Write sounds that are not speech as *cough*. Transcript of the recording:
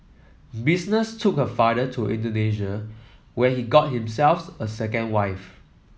business took her father to Indonesia where he got *unintelligible* a second wife